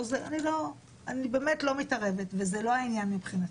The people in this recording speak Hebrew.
אני באמת לא מתערבת וזה לא העניין מבחינתי.